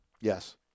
Yes